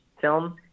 film